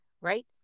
right